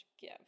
give